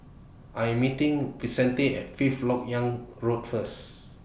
I'm meeting Vicente At Fifth Lok Yang Road First